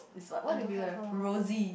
is what what do people have Rosie